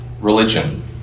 religion